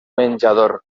menjador